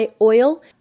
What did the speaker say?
oil